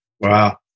Wow